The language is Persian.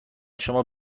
شما